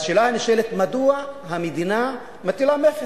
אז השאלה שנשאלת, מדוע המדינה מטילה מכס?